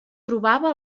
trobava